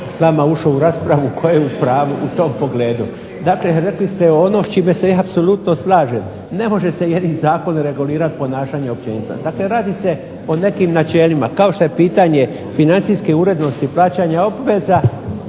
s vama ušao u raspravu tko je u pravu u tom pogledu. Dakle, rekli ste ono s čime se ja apsolutno slažem. Ne može se jednim zakonom regulirati ponašanje općenito. Dakle, radi se o nekim načelima kao što je pitanje financijske urednosti plaćanja obveza